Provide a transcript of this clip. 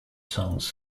songs